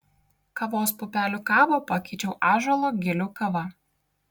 kavos pupelių kavą pakeičiau ąžuolo gilių kava